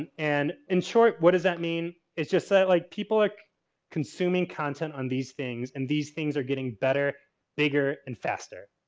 and in short, what does that mean? it's just that like people are consuming content on these things and these things are getting better bigger and faster.